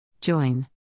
Join